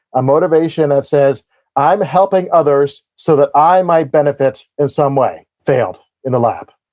a motivation that says i'm helping others so that i might benefit in some way, failed in the lab.